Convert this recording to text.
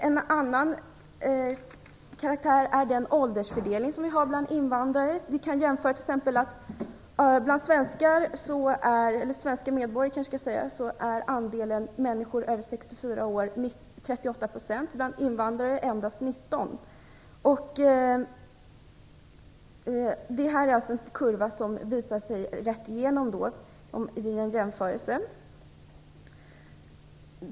En annan sak är den åldersfördelning som vi har bland invandrare. Vi kan t.ex. jämföra och se att bland svenska medborgare är andelen människor över 64 år 38 % och bland invandrare är den endast 19 %. Detta är alltså en kurva som visar sig rätt igenom vid en jämförelse.